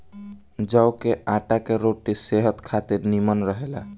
जव के आटा के रोटी सेहत खातिर निमन रहेला